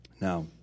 Now